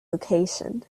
location